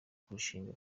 kurushinga